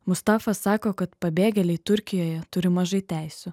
mustafa sako kad pabėgėliai turkijoje turi mažai teisių